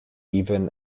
even